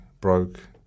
broke